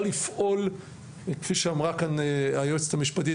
לפעול כפי שאמרה כאן היועצת המשפטית,